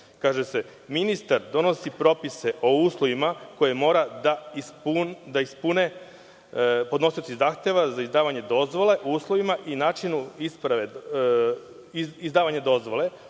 Kaže se – ministar donosi propise o uslovima koje mora da ispune podnosioci zahteva za izdavanje dozvola o uslovima i načinu izdavanja dozvole,